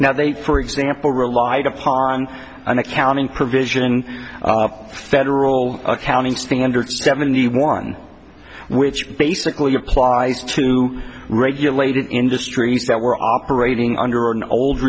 now they for example relied upon an accounting provision in federal accounting standards seventy one which basically applies to regulated industries that were operating under an old